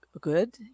Good